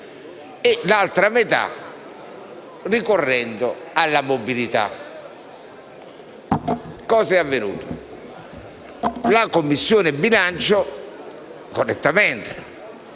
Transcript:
e l'altra metà ricorrendo alla mobilità. Cos'è avvenuto? La Commissione bilancio, correttamente,